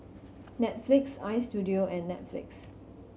Netflix Istudio and Netflix